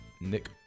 Nick